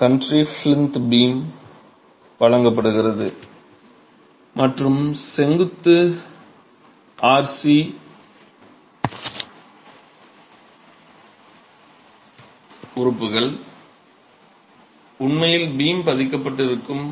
country plinth beam வழங்கப்படுகிறது மற்றும் செங்குத்து RC உறுப்புகள் உண்மையில் பீம் பதிக்கப்பட்டிருக்கும்